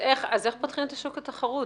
איך פותחים את השוק לתחרות?